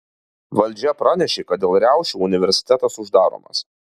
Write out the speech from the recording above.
valdžia pranešė kad dėl riaušių universitetas uždaromas